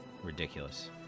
Ridiculous